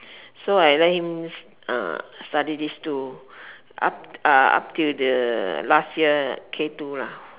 so I let him study this two up up till the last year K two